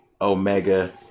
Omega